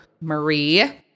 Marie